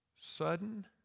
Sudden